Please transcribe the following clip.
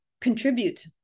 contribute